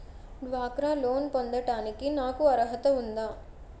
డ్వాక్రా లోన్ పొందటానికి నాకు అర్హత ఉందా?